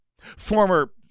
former